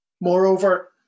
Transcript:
Moreover